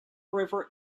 river